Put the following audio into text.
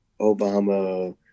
Obama